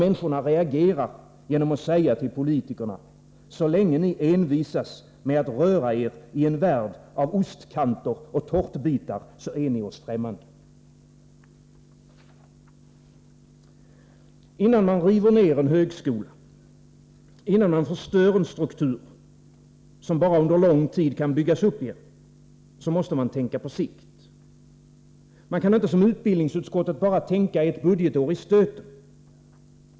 Människorna reagerar genom att säga till politikerna: Så länge ni envisas med att röra er i en värld av ostkanter och tårtbitar är ni oss främmande. Innan man river ner en högskola, innan man förstör en struktur, som bara under lång tid kan byggas upp igen, måste man tänka på sikt. Man kan inte som utbildningsutskottet bara tänka ett budgetår i stöten.